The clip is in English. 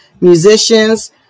musicians